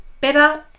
better